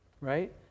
Right